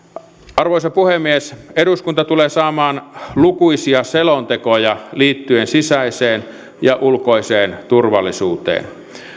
arvoisa puhemies eduskunta tulee saamaan lukuisia selontekoja liittyen sisäiseen ja ulkoiseen turvallisuuteen